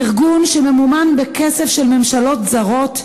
ארגון שממומן בכסף של ממשלות זרות,